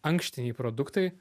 ankštiniai produktai